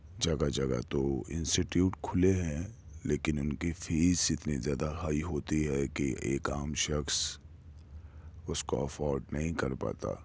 جگہ جگہ تو انسیٹیوٹ کھلے ہیں لیکن ان کی فیس اتنی زیادہ ہائی ہوتی ہے کہ ایک عام شخص اس کو افورڈ نہیں کر پاتا